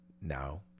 now